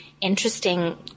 interesting